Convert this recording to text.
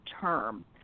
term